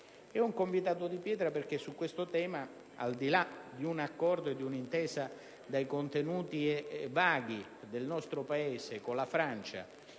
È un convitato di pietra perché su questo tema, al di là di un accordo e di un'intesa dai contenuti vaghi del nostro Paese con la Francia